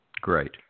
great